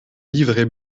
livrée